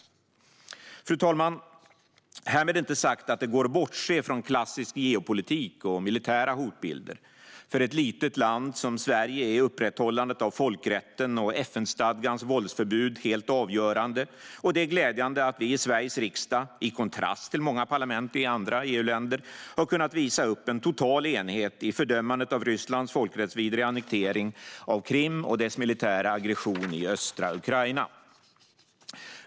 Fru talman! Härmed inte sagt att det går att bortse från klassisk geopolitik och militära hotbilder. För ett litet land som Sverige är upprätthållandet av folkrätten och FN-stadgans våldsförbud helt avgörande, och det är glädjande att vi i Sveriges riksdag, i kontrast till parlamenten i många andra EU-länder, har kunnat visa upp en total enighet i fördömandet av Rysslands folkrättsvidriga annektering av Krim och dess militära aggression i östra Ukraina.